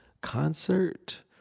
concert